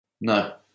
No